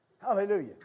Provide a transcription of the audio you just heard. Hallelujah